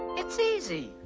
it's easy!